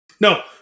No